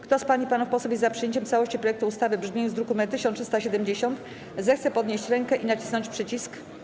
Kto z pań i panów posłów jest za przyjęciem całości projektu ustawy w brzmieniu z druku nr 1370, zechce podnieść rękę i nacisnąć przycisk.